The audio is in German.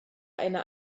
eine